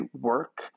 work